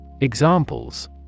Examples